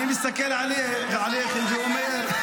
לא יעזור לך ------ אני מסתכל עליהם ועליכם ואומר: